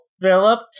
Philip